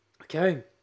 Okay